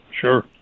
sure